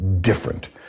different